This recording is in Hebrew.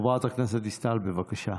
חברת הכנסת דיסטל, בבקשה.